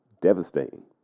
devastating